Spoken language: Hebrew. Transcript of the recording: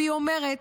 והיא אומרת: